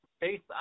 based